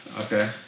okay